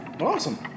Awesome